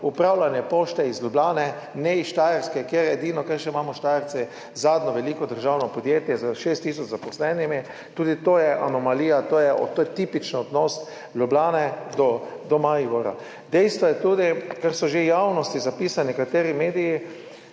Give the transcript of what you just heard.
upravljanje Pošte iz Ljubljane, ne s Štajerske, kjer je edino, kar še imamo Štajerci, zadnje veliko državno podjetje s 6 tisoč zaposlenimi. Tudi to je anomalija, to je tipičen odnos Ljubljane do Maribora. Dejstvo je tudi, kar so že v javnosti zapisali nekateri mediji,